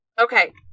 okay